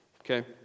Okay